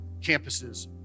campuses